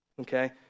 okay